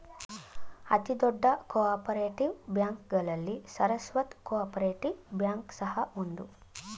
ಅತಿ ದೊಡ್ಡ co operative ಬ್ಯಾಂಕ್ಗಳಲ್ಲಿ ಸರಸ್ವತ್ ಕೋಪರೇಟಿವ್ ಬ್ಯಾಂಕ್ ಸಹ ಒಂದು